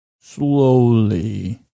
slowly